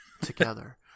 together